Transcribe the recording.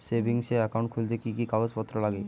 Savings account খুলতে কি কি কাগজপত্র লাগে?